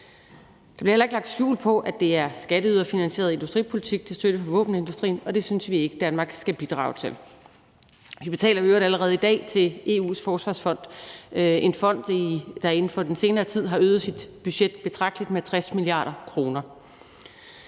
Der bliver heller ikke lagt skjul på, at det er skatteyderfinansieret industripolitik til at støtte våbenindustrien, og det synes vi ikke at Danmark skal bidrage til. Vi betaler i øvrigt allerede i dag til EU's forsvarsfond – en fond, der inden for den senere tid har øget sit budget betragteligt med 60 mia. kr.